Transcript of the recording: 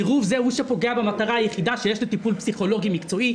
עירוב זה הוא שפוגע במטרה היחידה שיש לטיפול פסיכולוגי מקצועי,